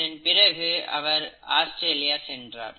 இதன் பிறகு அவர் ஆஸ்திரேலியா சென்றார்